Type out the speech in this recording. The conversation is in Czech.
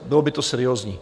Bylo by to seriózní.